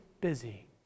busy